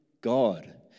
God